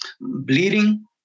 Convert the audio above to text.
bleeding